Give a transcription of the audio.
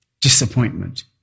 Disappointment